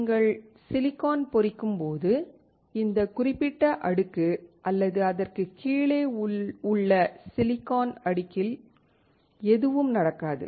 நீங்கள் சிலிகானை பொறிக்கும்போது இந்த குறிப்பிட்ட அடுக்கு அல்லது அதற்குக் கீழே உள்ள சிலிக்கான் அடுக்கில் எதுவும் நடக்காது